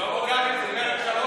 שלוש דקות, בבקשה.